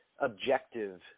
objective